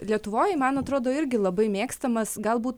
lietuvoj man atrodo irgi labai mėgstamas galbūt